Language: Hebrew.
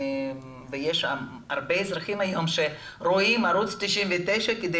יש הרבה אזרחים היום שרואים ערוץ 99 כדי